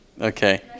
Okay